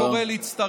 אני קורא להצטרף.